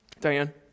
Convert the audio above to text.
Diane